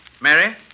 Mary